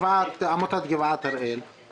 15-45-19 מי שבעד אישור הרשימה ירים את ידו.